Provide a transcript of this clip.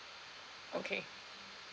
okay